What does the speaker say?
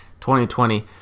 2020